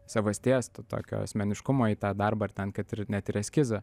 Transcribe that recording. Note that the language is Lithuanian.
savasties to tokio asmeniškumo į tą darbą ar ten kad ir net ir eskizą